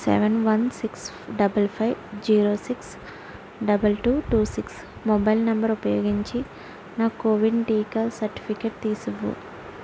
seven one six double five zero six double two two six mobile number ఉపయోగించి నా కోవిన్ టీకా certificate తీసి ఇవ్వు